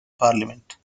parliament